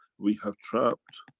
we have trapped